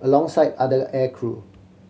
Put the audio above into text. alongside other aircrew